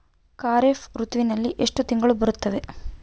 ಖಾರೇಫ್ ಋತುವಿನಲ್ಲಿ ಎಷ್ಟು ತಿಂಗಳು ಬರುತ್ತವೆ?